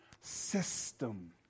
system